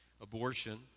Abortion